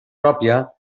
pròpia